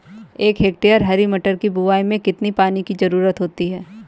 एक हेक्टेयर हरी मटर की बुवाई में कितनी पानी की ज़रुरत होती है?